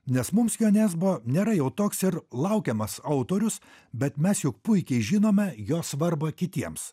nes mums jo nesbo nėra jau toks ir laukiamas autorius bet mes juk puikiai žinome jo svarbą kitiems